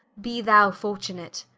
be thou fortunate